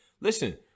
listen